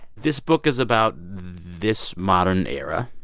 this book is about this modern era,